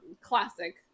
Classic